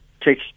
take